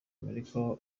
america